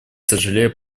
сожалею